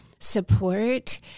support